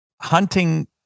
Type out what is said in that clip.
Hunting